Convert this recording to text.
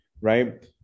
Right